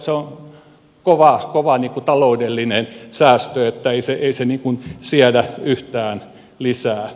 se on kova taloudellinen säästö ei se siedä yhtään lisää